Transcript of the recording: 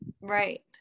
right